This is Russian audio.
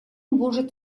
может